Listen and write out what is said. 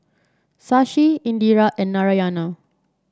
Shashi Indira and Narayana